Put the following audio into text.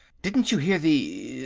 didn't you hear the.